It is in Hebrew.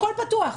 הכול פתוח.